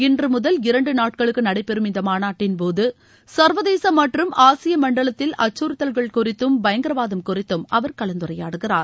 இன்று முதல் இரண்டு நாட்களுக்கு நடைபெறும் இந்த மாநாட்டின் போது சர்வதேச மற்றும் ஆசிய மண்டலத்தில் அச்சுறுத்தல்கள் குறித்தம் பயங்கரவாதம் குறித்தும் அவர் கலந்துரையாடுகிறார்